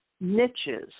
niches